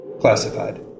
Classified